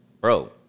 Bro